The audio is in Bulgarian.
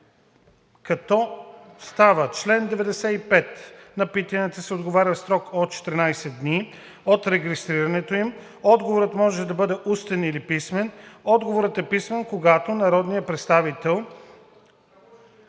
става: „Чл. 95. На питанията се отговаря в срок до 14 дни от регистрирането им. Отговорът може да бъде устен или писмен. Отговорът е писмен, когато народният представител,